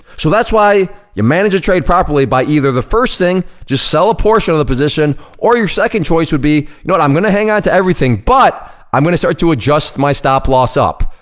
so that's why you manage a trade properly by either the first thing, just sell a portion of the position or your second choice would be, you know what, i'm gonna hang on to everything, but i'm gonna start to adjust my stop loss up.